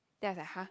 then I was like !huh!